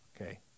okay